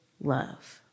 love